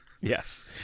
Yes